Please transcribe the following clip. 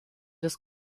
des